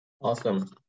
Awesome